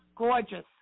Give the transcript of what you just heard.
gorgeous